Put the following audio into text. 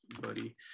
buddy